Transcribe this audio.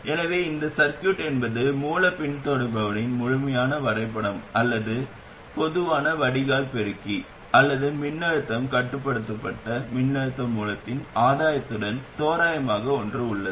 எனவே இந்த சர்கியூட் என்பது மூலப் பின்தொடர்பவரின் முழுமையான வரைபடம் அல்லது பொதுவான வடிகால் பெருக்கி அல்லது மின்னழுத்தம் கட்டுப்படுத்தப்பட்ட மின்னழுத்த மூலத்தின் ஆதாயத்துடன் தோராயமாக ஒன்று உள்ளது